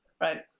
right